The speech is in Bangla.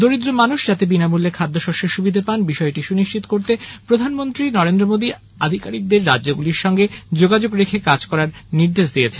দরিদ্র মানুষ যাতে বিনামূল্যে খাদ্যশস্যের সুবিধা পান বিষয়টি সুনিশ্চিত করতে প্রধানমন্ত্রী নরেন্দ্র মোদী আধিকারিকদের রাজ্যগুলির সঙ্গে যোগাযোগ রেখে কাজ করার নির্দেশ দিয়েছেন